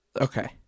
Okay